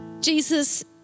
Jesus